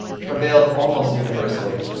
prevailed almost universally